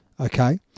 Okay